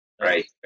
right